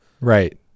Right